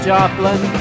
Joplin